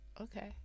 Okay